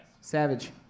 Savage